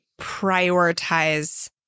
prioritize